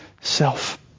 self